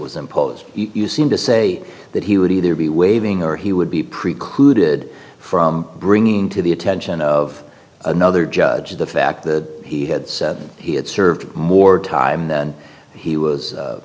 was imposed you seem to say that he would either be waiving or he would be precluded from bringing to the attention of another judge the fact that he had said he had served more time than he was